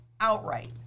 outright